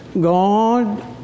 God